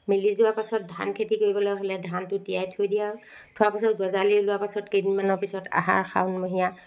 মিলি যোৱা পিছত ধান খেতি কৰিবলৈ হ'লে ধানটো তিয়াই থৈ দিয়ে আৰু থোৱা পাছত গজালি ওলোৱা পাছত কেইদিনমানৰ পাছত আহাৰ শাওনমহীয়া